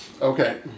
Okay